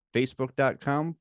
Facebook.com